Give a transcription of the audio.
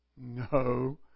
No